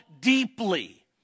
deeply